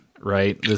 Right